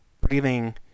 breathing